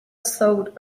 sought